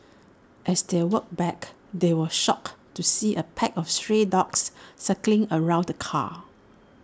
as they walked back they were shocked to see A pack of stray dogs circling around the car